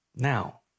Now